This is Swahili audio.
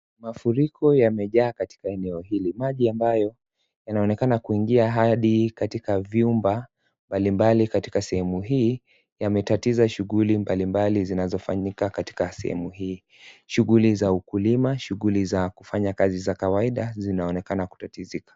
Mafuriko yamejaa katika eneo hili, maji ambayo yanaonekana kuingia hadi katika vyumba mbalimbali katika sehemu hii, yametatiza shughuli mbalimbali zinazofanyika katika sehemu hii, shughuli za ukulima, shughuli za kufanya kazi za kawaida zinaonekana kutatizika.